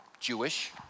Jewish